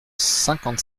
cinquante